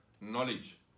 knowledge